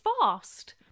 fast